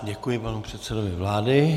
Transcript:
Děkuji panu předsedovi vlády.